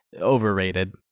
overrated